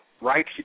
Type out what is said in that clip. right